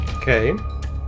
Okay